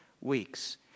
weeks